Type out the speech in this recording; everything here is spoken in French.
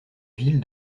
ville